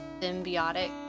symbiotic